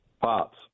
Pots